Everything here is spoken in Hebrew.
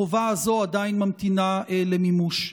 החובה הזאת עדיין ממתינה למימוש.